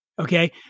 Okay